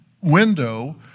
window